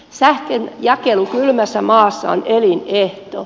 sähkönjakelu kylmässä maassa on elinehto